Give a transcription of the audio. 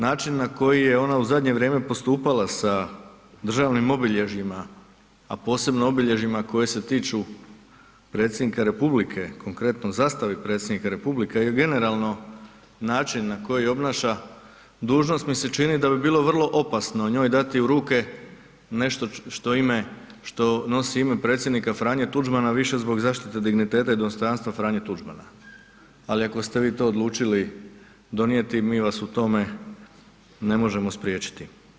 Način na koji je ona u zadnje vrijeme postupala sa državnim obilježjima, a posebno obilježjima koji se tiču predsjednika Republike, konkretno zastave predsjednika Republike, a i generalno način na koji obnaša dužnost mi se čini da bi bilo vrlo opasno njoj dati u ruke nešto što ime, što nosi ime predsjednika Franje Tuđmana više zbog zaštite digniteta i dostojanstva Franje Tuđmana, ali ako ste vi to odlučili donijeti mi vas u tome ne možemo spriječiti.